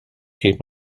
keep